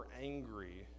angry